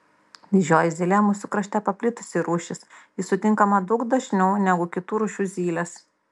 didžioji zylė mūsų krašte paplitusi rūšis ji sutinkama daug dažniau negu kitų rūšių zylės